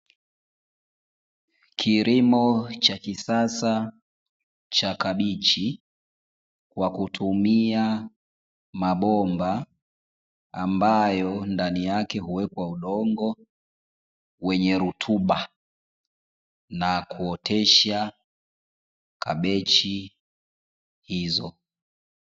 Kilimo cha kisasa cha kabichi kwa kutumia mabomba ambayo ndani yake huwekwa udongo wenye rutuba, na kuotesha kabichi hizo.